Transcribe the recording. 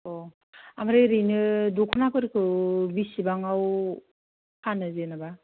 अ ओमफ्राय ओरैनो दख'नाफोरखौ बेसेबांआव फानो जेनेबा